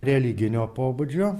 religinio pobūdžio